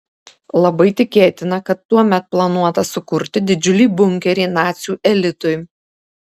labai tikėtina kad tuomet planuota sukurti didžiulį bunkerį nacių elitui